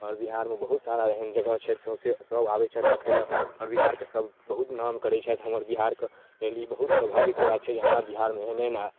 हमर बिहारमे बहुत सारा एहन जगह छै सौँसे सब आबै छथि देखैलए हमर बिहारके सब बहुत नाम करै छथि हमर बिहारके तेँ ई बहुत सौभाग्यके बात छै जे हमरा बिहारमे एहन एहन आदमी छलथि